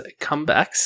comebacks